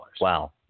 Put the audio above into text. Wow